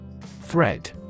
Thread